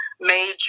major